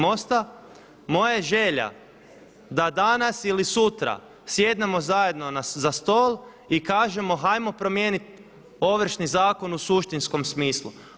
Moja je želja da danas ili sutra sjednemo zajedno za stol i kažemo hajmo promijenit Ovršni zakon u suštinskom smislu.